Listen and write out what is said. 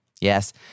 Yes